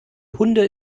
hunde